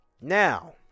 now